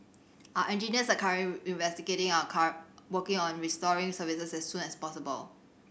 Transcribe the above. our engineers are currently investigating and are car working on restoring services as soon as possible